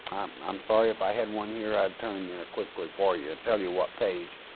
i'm sorry if i had one here i'd turn there quickly for you to tell you what page.